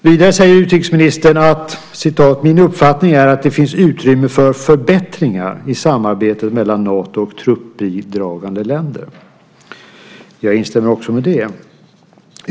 Vidare säger utrikesministern att hans uppfattning är att det finns utrymme för förbättringar i samarbetet mellan Nato och truppbidragande länder. Jag instämmer också i det.